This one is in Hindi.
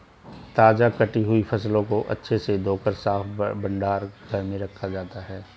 ताजा कटी हुई फसलों को अच्छे से धोकर साफ भंडार घर में रखा जाता है